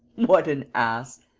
what an ass!